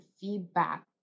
feedback